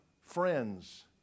friends